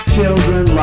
Children